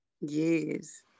Yes